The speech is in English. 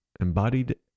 embodied